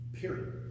period